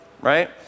right